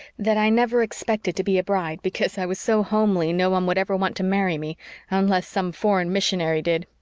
that i never expected to be a bride because i was so homely no one would ever want to marry me unless some foreign missionary did.